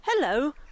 Hello